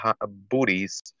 booties